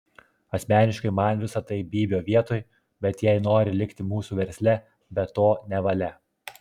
asmeniškai man visa tai bybio vietoj bet jei nori likti mūsų versle be to nevalia